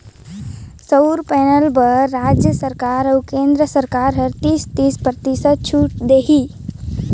सउर पैनल बर रायज सरकार अउ केन्द्र सरकार हर तीस, तीस परतिसत छूत देही